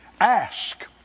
Ask